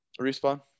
Respawn